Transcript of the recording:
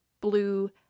blue